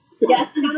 Yes